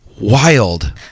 wild